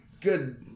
good